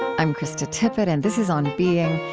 i'm krista tippett, and this is on being.